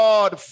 God